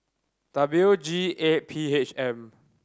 W G eight P H M